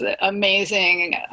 amazing